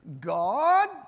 God